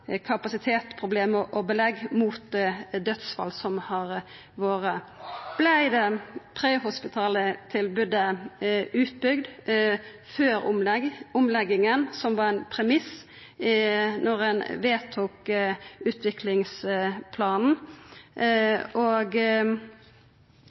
kapasitetsproblem og belegg til dødsfall som har vore? Vart det prehospitale tilbodet utbygt før omlegginga, som var ein premiss da ein vedtok utviklingsplanen?